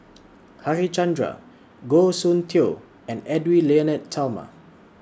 Harichandra Goh Soon Tioe and Edwy Lyonet Talma